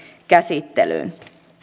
käsittelyyn